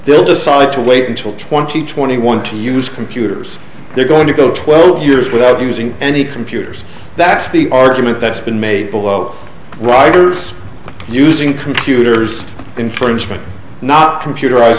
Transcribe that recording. they'll decide to wait until twenty twenty one to use computers they're going to go twelve years without using any computers that's the argument that's been made below riders using computers infringement not computerized